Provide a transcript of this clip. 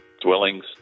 dwellings